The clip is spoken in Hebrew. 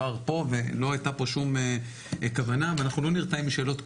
לא הייתה פה שום כוונה ואנחנו לא נרתעים משאלות קשות.